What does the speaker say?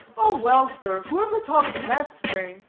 oh well, sir, whoever talks in that strain,